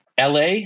la